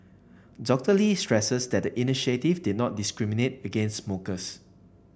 Doctor Lee stressed that the initiative did not discriminate against smokers